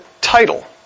title